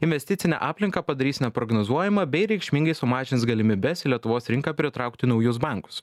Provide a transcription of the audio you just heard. investicinę aplinką padarys neprognozuojamą bei reikšmingai sumažins galimybes į lietuvos rinką pritraukti naujus bankus